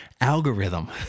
algorithm